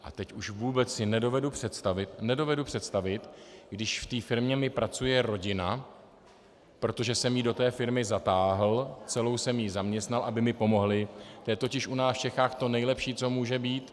A teď už vůbec si nedovedu představit, nedovedu představit, když v té firmě mi pracuje rodina, protože jsem ji do té firmy zatáhl, celou jsem ji zaměstnal, aby mi pomohli to je totiž u nás v Čechách to nejlepší, co může být.